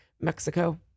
Mexico